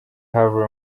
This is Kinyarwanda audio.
harvey